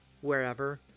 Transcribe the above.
wherever